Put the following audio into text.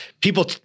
people